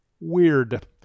weird